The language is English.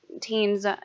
Teens